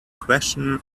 question